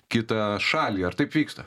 kitą šalį ar taip vyksta